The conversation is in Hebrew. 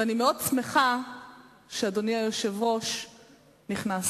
ואני מאוד שמחה שאדוני היושב-ראש נכנס.